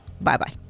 Bye-bye